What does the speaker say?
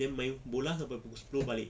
then main bola sampai pukul sepuluh balik